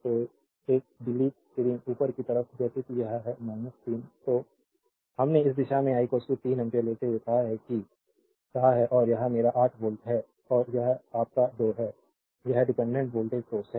तो एक डिलीट सीरिंग ऊपर की तरफ जैसे कि यह है 3 तो हमने इस दिशा में I 3 एम्पीयर लेते हुए कहा है और यह मेरा 8 वोल्ट है और यह आपका 2 है I यह डिपेंडेंट वोल्टेज सोर्स है